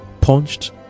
punched